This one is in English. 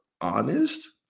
honest